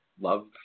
love